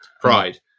Pride